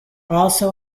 also